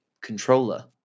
controller